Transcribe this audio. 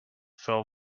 fell